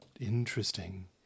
interesting